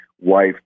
wife